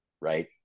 right